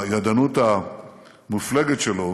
בידענות המופלגת שלו